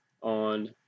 on